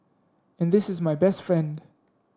and this is my best friend